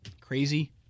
crazy